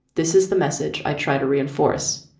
this is the message i try to reinforce.